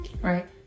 Right